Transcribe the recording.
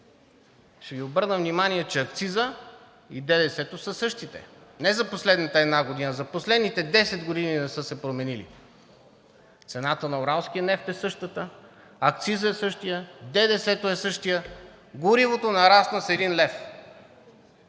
Ще Ви обърна внимание, че акцизът и ДДС-то са същите. Не за последната една година, за последните 10 години не са се променили. Цената на уралския нефт е същата, акцизът е същият, ДДС-то е същото, горивото нарасна с 1 лв.